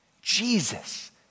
Jesus